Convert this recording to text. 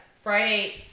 Friday